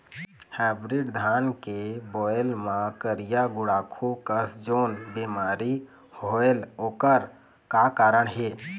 Hybrid धान के बायेल मां करिया गुड़ाखू कस जोन बीमारी होएल ओकर का कारण हे?